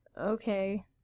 okay